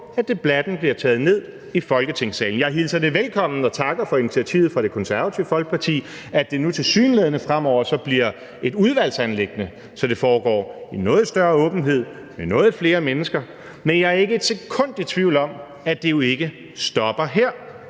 at debatten bliver taget ned i Folketingssalen. Kl. 15:14 Jeg hilser det velkommen og takker for initiativet fra Det Konservative Folkeparti, så det nu tilsyneladende fremover bliver et udvalgsanliggende, så det foregår i noget større åbenhed med nogle flere mennesker, men jeg er ikke et sekund i tvivl om, at det jo ikke stopper her,